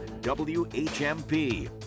WHMP